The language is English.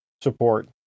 support